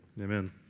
Amen